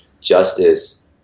justice